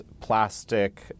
plastic